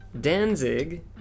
Danzig